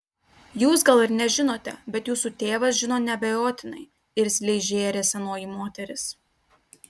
jūs gal ir nežinote bet jūsų tėvas žino neabejotinai irzliai žėrė senoji moteris